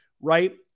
right